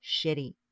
shitty